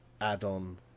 add-on